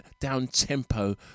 down-tempo